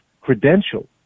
credential